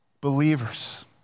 believers